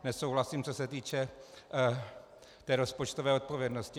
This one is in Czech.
Nesouhlasím, co se týče té rozpočtové odpovědnosti.